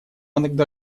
иногда